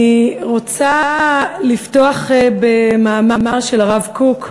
אני רוצה לפתוח במאמר של הרב קוק,